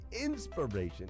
inspiration